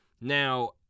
Now